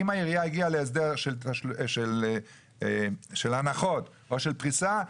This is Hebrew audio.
אם העירייה הגיעה להסדר של הנחות או של פריסה,